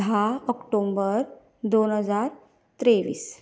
धा ओक्टोबर दोन हजार तेवीस